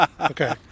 Okay